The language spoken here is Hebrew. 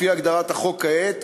לפי הגדרת החוק כעת,